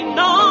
no